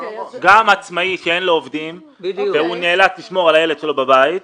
גם עצמאי שאין לו עובדים והוא נאלץ לשמור על הילד שלו בבית,